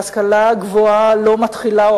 ההשכלה הגבוהה לא מתחילה,